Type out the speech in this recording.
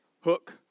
hook